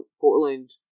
Portland